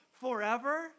forever